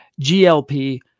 GLP